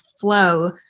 flow